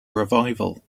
revival